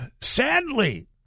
Sadly